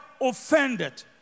offended